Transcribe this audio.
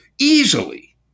easily